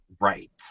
right